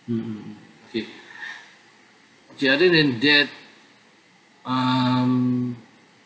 mm mm mm okay okay other than that um